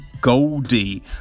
Goldie